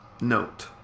Note